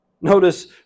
Notice